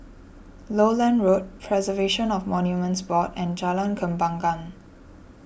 Lowland Road Preservation of Monuments Board and Jalan Kembangan